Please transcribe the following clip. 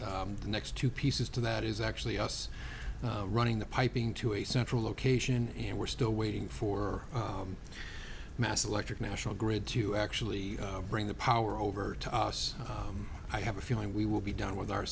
the next two pieces to that is actually us running the piping to a central location and we're still waiting for mass electric national grid to actually bring the power over to us i have a feeling we will be done with our